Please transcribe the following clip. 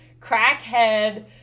crackhead